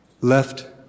left